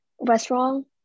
restaurant